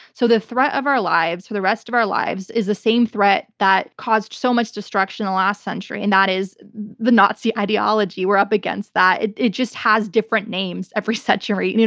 so the threat of our lives for the rest of our lives is the same threat that caused so much destruction in the last century, and that is the nazi ideology. we're up against that. it it just has different names every century.